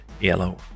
Yellow